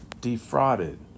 defrauded